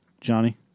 Johnny